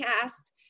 cast